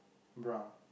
brown